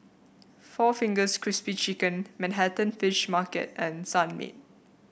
Four Fingers Crispy Chicken Manhattan Fish Market and Sunmaid